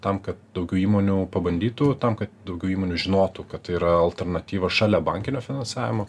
tam kad daugiau įmonių pabandytų tam kad daugiau įmonių žinotų kad tai yra alternatyva šalia bankinio finansavimo